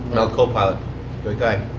mel copilot, the guy.